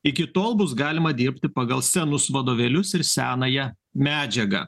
iki tol bus galima dirbti pagal senus vadovėlius ir senąją medžiagą